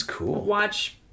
watch